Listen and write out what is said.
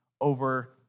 over